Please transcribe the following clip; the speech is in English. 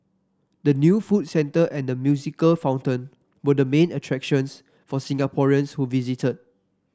the new food centre and the musical fountain were the main attractions for Singaporeans who visited